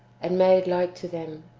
and made like to them.